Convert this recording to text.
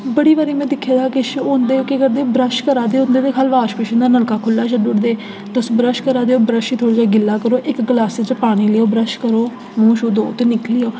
बड़ी बारी में दिक्खेआ किश होंदे केह् करदे ब्रश करा दे होंदे ते वाश बेसन दा नलका खुल्ला छोड़ी ओड़दे तुस ब्रश करा दे ओ ब्रश थोह्ड़ा जेहा गिल्ला करो इक ग्लासै च पानी लैओ ब्रश करो मुहं शुहं धो ते निकली जाओ